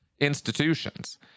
institutions